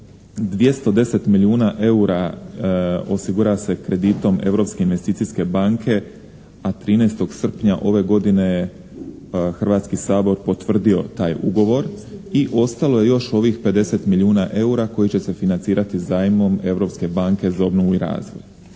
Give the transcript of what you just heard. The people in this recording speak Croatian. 210 milijuna eura osigurava se kreditom Europske investicijske banke, a 13. srpnja ove godine Hrvatski sabor je potvrdio taj ugovor i ostalo je još ovih 50 milijuna eura koji će se financirati zajmom Europske banke za obnovu i razvoj.